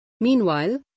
Meanwhile